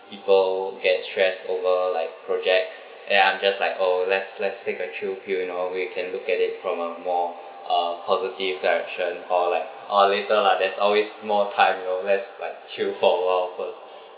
people get stressed over like projects and I'm just like oh let's let's take a chill pill you know we can look at it from a more uh positive direction or like oh later lah there's always more time you know let's like chill for awhile first